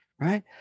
right